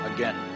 Again